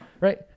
Right